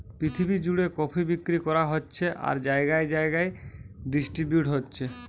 পৃথিবী জুড়ে কফি বিক্রি করা হচ্ছে আর জাগায় জাগায় ডিস্ট্রিবিউট হচ্ছে